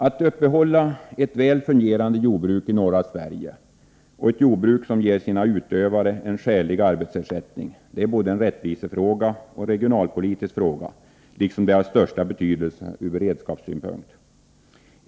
Att uppehålla ett väl fungerande jordbruk i norra Sverige och ett jordbruk som ger sina utövare en skälig arbetsersättning är både en rättvisefråga och en regionalpolitisk fråga, liksom det är av största betydelse ur beredskapssynpunkt.